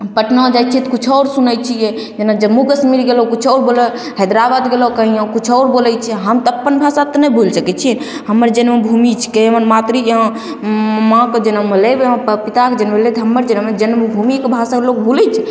पटना जाइ छियै तऽ किछु आओर सुनय छियै जेना जम्मू कश्मीर गेलहुँ किछु आओर बोलह हैदराबाद गेलहुँ कहीँ किछु आओर बोलय छियै हम तऽ अपन भाषा तऽ नहि भुलि सकय छियै हमर जनम भूमि छिकै हमर मातृ माँके जनम भेलै हमर प पिताके जनम भेलै तऽ हमर जनम भेलय जन्मभूमिके भाषा लोक भूलय छै